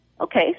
Okay